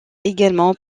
également